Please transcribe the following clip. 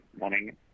Morning